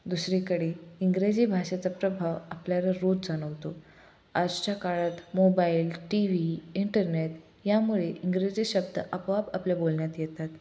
दुसरीकडे इंग्रजी भाषेचा प्रभाव आपल्यावर रोज जाणवतो आजच्या काळात मोबाईल टी व्ही इंटरनेट यामुळे इंग्रजी शब्द आपोआप आपल्या बोलण्यात येतात